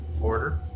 order